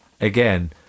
again